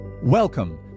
Welcome